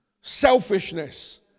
Selfishness